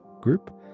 group